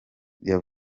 igiye